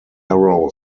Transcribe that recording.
narrow